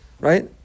right